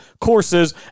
courses